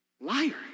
Liar